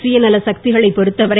சுயநல சக்திகளை பொறுத்த வரை